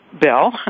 bill